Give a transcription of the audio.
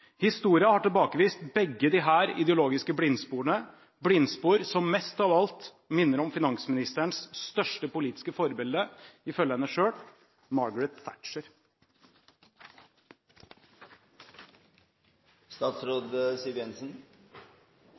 har tilbakevist begge disse ideologiske blindsporene – blindspor som mest av alt minner om finansministerens største politiske forbilde, ifølge